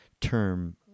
term